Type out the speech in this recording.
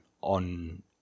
on